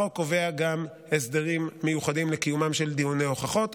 החוק קובע גם הסדרים מיוחדים לקיומם של דיוני הוכחות,